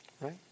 right